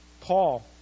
paul